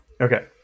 okay